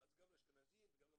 אז גם אשכנזים וגם מרוקאים.